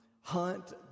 hunt